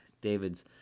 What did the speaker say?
David's